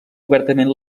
obertament